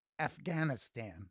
Afghanistan